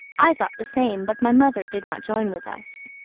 i thought the same, but my mother did not join with us.